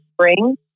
spring